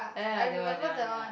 I remember that one